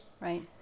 Right